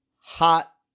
hot